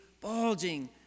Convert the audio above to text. bulging